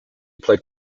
played